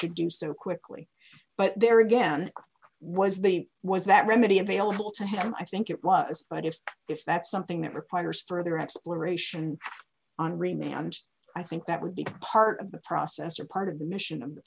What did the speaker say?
should do so quickly but there again was the was that remedy available to him i think it was but if if that's something that requires further exploration on remand i think that would be part of the process or part of the mission of the